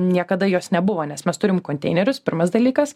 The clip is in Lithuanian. niekada jos nebuvo nes mes turim konteinerius pirmas dalykas